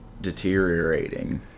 deteriorating